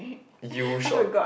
you short